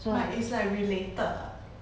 but it's like related ah